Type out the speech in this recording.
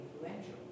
influential